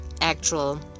actual